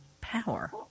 power